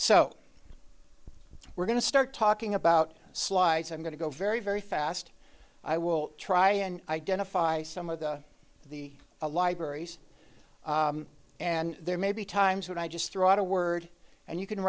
so we're going to start talking about slides i'm going to go very very fast i will try and identify some of the libraries and there may be times when i just threw out a word and you can